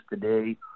today